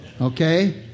Okay